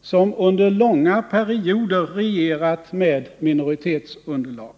som under långa perioder regerat med minoritetsunderlag.